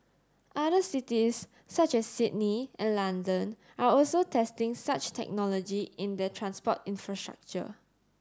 other cities such as Sydney and London are also testing such technology in their transport infrastructure